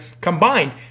combined